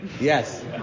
Yes